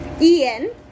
Ian